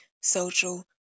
social